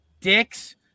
Dicks